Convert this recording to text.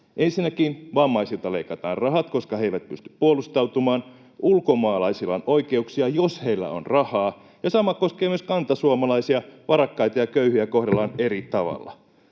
Ensinnäkin vammaisilta leikataan rahat, koska he eivät pysty puolustautumaan. Ulkomaalaisilla on oikeuksia, jos heillä on rahaa, ja sama koskee kantasuomalaisia — varakkaita ja köyhiä kohdellaan eri tavalla.